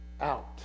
out